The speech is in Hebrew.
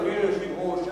אדוני היושב-ראש,